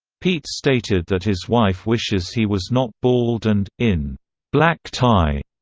pete stated that his wife wishes he was not bald and, in black tie,